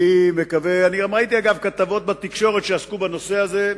אגב, ראיתי גם כתבות בתקשורת שעסקו בנושא הזה,